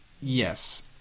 Yes